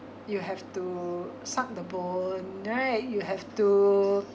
you have to suck the bone right you have to